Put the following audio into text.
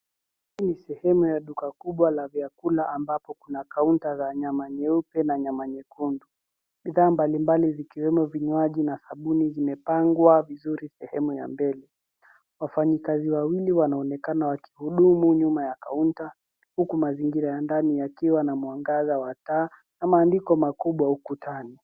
Hii ni sehemu ya duka kubwa la vyakula ambapo kuna kaunta la nyama nyeupe na nyama nyekundu. Bidhaa mbalimbali zikiwemo vinywaji na sabuni vimepangwa vizuri sehemu ya mbele. Wafanyikazi wawili wanaonekana wakihudumu nyuma ya kaunta huku mazingira ya ndani yakiwa na mwangaza wa taa na maandiko makubwa ukutani.